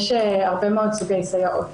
יש הרבה מאוד סוגי סייעות